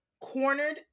cornered